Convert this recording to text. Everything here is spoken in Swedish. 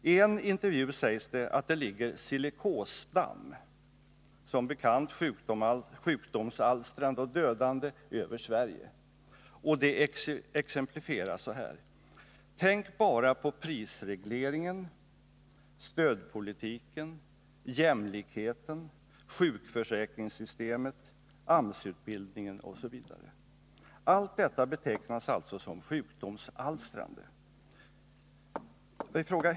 I en intervju sägs det att det ligger silikoscdamm — som bekant sjukdomsalstrande och dödande — över Sverige, och det exemplifieras så här: Tänk bara på prisregleringen, stödpolitiken, jämlikheten, sjukförsäkringssystemet, AMS-utbildningen osv. Detta betecknas alltså som sjukdomsalstrande.